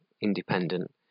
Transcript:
independent